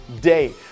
day